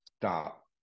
stop